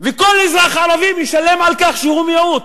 וכל אזרח ערבי משלם על כך שהוא מיעוט,